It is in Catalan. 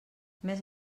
més